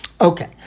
Okay